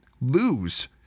lose